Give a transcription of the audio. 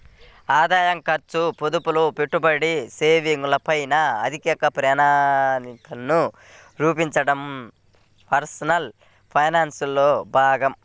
ఆదాయం, ఖర్చు, పొదుపులు, పెట్టుబడి, సేవింగ్స్ ల పైన ఆర్థిక ప్రణాళికను రూపొందించడం పర్సనల్ ఫైనాన్స్ లో భాగం